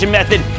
method